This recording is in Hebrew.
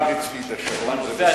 אתה לא מריץ לי את השעון, בסדר?